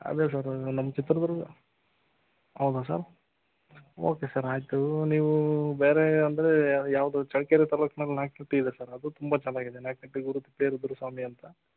ಅದೇ ಸರ್ ನಮ್ಮ ಚಿತ್ರದುರ್ಗ ಹೌದಾ ಸರ್ ಓಕೆ ಸರ್ ಆಯಿತು ನೀವು ಬೇರೆ ಅಂದರೆ ಯಾವುದು ಚಳ್ಳಕೆರೆ ತಾಲೂಕ್ನಲ್ಲಿ ನಾಯಕನಟ್ಟಿ ಇದೆ ಸರ್ ಅದು ತುಂಬ ಚೆನ್ನಾಗಿದೆ ನಾಯಕನಟ್ಟಿ ಗುರು ತಿಪ್ಪೇರುದ್ರ ಸ್ವಾಮಿ ಅಂತ